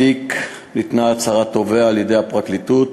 בתיק ניתנה הצהרת תובע על-ידי הפרקליטות